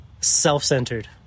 self-centered